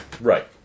Right